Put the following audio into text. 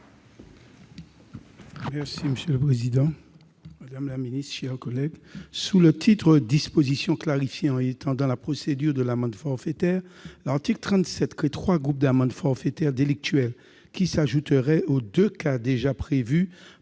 Monsieur le président, madame la garde des sceaux, mes chers collègues, sous le titre « Dispositions clarifiant et étendant la procédure de l'amende forfaitaire », l'article 37 crée trois groupes d'amendes forfaitaires délictuelles, qui s'ajouteraient aux deux cas déjà prévus